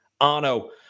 Arno